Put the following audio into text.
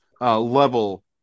level